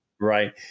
Right